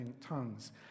tongues